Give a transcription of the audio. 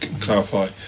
clarify